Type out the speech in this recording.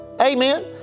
amen